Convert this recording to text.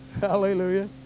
Hallelujah